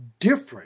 different